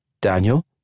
Daniel